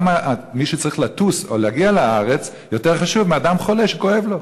למה מי שצריך לטוס או להגיע לארץ יותר חשוב מאדם חולה שכואב לו?